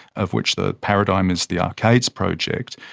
of which the paradigm is the arcades project.